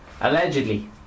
allegedly